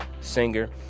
Singer